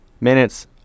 minutes